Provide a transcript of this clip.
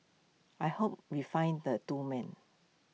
I hope we find the two men